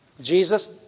Jesus